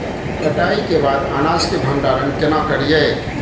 कटाई के बाद अनाज के भंडारण केना करियै?